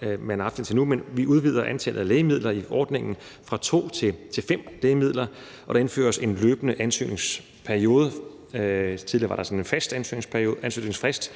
har haft indtil nu, men vi udvider antallet af lægemidler i ordningen fra to til fem, og der indføres en løbende ansøgningsperiode. Der var tidligere en fast ansøgningsfrist.